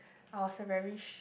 I was a very